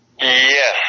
Yes